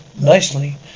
nicely